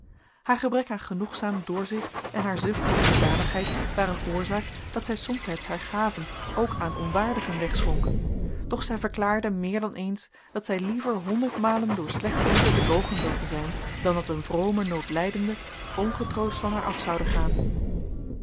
haar gebrek aan genoegzaam doorzicht en haar zucht tot liefdadigheid waren oorzaak dat zij somtijds haar gaven ook aan onwaardigen wegschonk doch zij verklaarde meer dan eens dat zij liever honderdmalen door slechte lieden bedrogen wilde zijn dan dat een vrome noodlijdende ongetroost van haar af zoude gaan